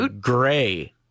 gray